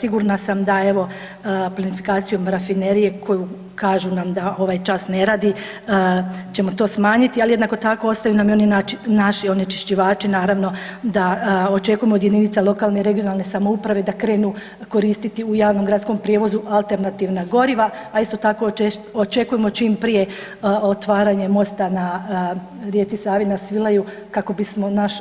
Sigurna sam da evo plinifikacijom rafinerije koju kažu nam da ovaj čas ne radi, ćemo to smanjiti, ali jednako tako ostaju nam i oni naši onečišćivači naravno da očekujemo od jedinica lokalne i regionalne samouprave da krenu koristiti u javnom gradskom prijevozu alternativna goriva, a isto tako očekujemo čim prije otvaranje mosta na rijeci Savi na Svilaju kako bismo naš